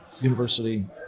University